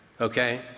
okay